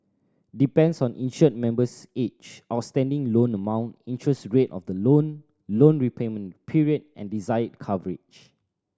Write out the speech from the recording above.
depends on insured member's age outstanding loan amount interest rate of the loan loan repayment period and desired coverage